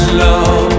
love